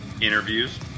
interviews